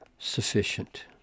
sufficient